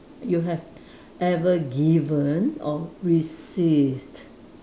you have ever given or received